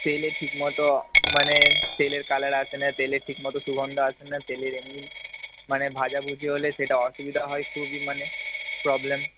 তেলে ঠিক মতো মানে তেলের কালার আসে না তেলে ঠিক মতো সুগন্ধ আসে না তেলের এমনি মানে ভাজাভুজি হলে সেটা অসুবিধা হয় খুবই মানে প্রবলেম